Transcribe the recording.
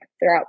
throughout